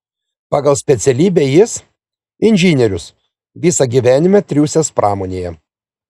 pagal specialybę jis inžinierius visą gyvenimą triūsęs pramonėje